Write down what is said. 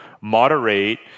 moderate